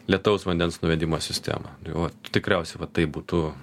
lietaus vandens nuvedimo sistema o tikriausiai va taip būtų